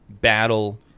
battle